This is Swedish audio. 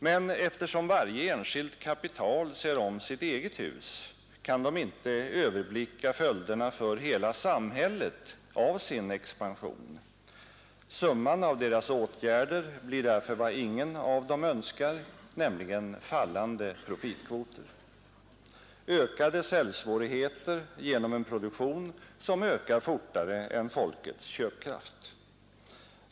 Men eftersom varje enskilt kapital ser om sitt eget hus, kan de inte överblicka följderna för hela samhället av sin expansion — summan av deras åtgärder blir därför vad ingen av dem önskar, nämligen fallande profitkvoter, ökade säljsvårigheter genom en produktion som ökar fortare än folkets köpkraft.